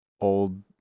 old